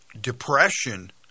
depression